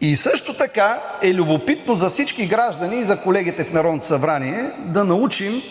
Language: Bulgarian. И също така е любопитно за всички граждани и за колегите в Народното събрание да научим: